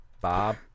Bob